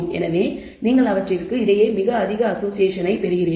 எனவே நீங்கள் அவற்றிற்கு இடையே மிக அதிக அசோசியேஷன் ஐ பெறுகிறீர்கள்